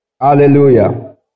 Hallelujah